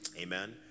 Amen